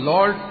Lord